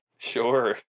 Sure